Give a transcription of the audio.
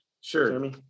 Sure